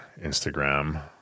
Instagram